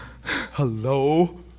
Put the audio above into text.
Hello